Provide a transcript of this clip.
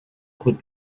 could